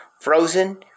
Frozen